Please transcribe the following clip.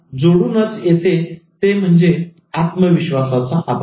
याला जोडूनच येते ते म्हणजे आत्मविश्वासाचा अभाव